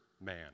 man